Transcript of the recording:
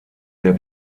der